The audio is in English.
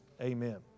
amen